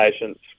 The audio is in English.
patients